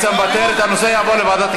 סליחה רגע, אורן,